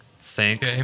thank